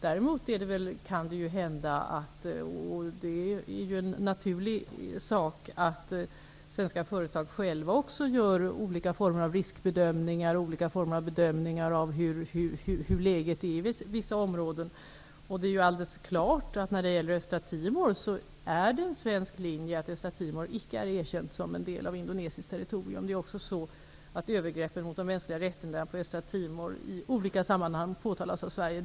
Däremot kan, och det är en naturlig sak, svenska företag själva göra olika typer av riskbedömningar och bedömningar av hur läget är i vissa områden. När det gäller Östtimor är det en klar svensk linje att området icke är erkänt som en del av indonesiskt territorium. Det är också så att övergreppen mot de mänskliga rättigheterna i Östtimor har i olika sammanhang påtalats av Sverige.